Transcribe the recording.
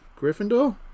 Gryffindor